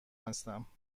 هستم